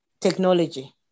technology